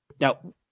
Now